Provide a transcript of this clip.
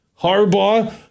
Harbaugh